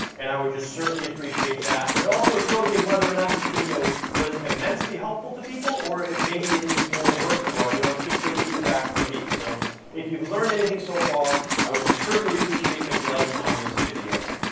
and i would just certainly appreciate that, and it also shows me whether or not this video was immensely helpful to people or if maybe it needs more work, you know it's just great feedback for me. so if you've learned anything so far, i would certainly appreciate a like on this video.